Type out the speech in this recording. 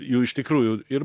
jų iš tikrųjų ir